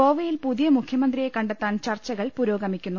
ഗോവയിൽ പുതിയ മുഖ്യമന്ത്രിയെ കണ്ടെത്താൻ ചർച്ചകൾ പുരോഗമിക്കുന്നു